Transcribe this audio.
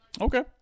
Okay